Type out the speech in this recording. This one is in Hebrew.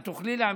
את תוכלי להמשיך.